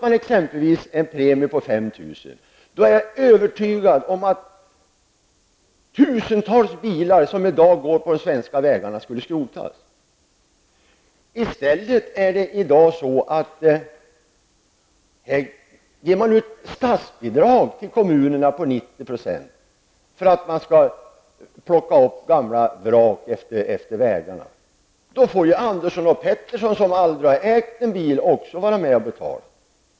Om det exempelvis fanns en premie om 5 000 kr., skulle -- det är jag övertygad om -- tusentals bilar som i dag trafikerar våra vägar skrotas. Men i stället täcker statsbidrag till kommunerna till 90 % kostnaderna för uppsamling av gamla bilvrak utmed våra vägar. På det sättet måste dock även Andersson och Pettersson som aldrig har ägt några bilar vara med och betala.